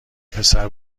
پسر